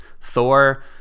Thor